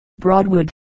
Broadwood